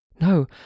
No